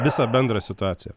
visą bendrą situaciją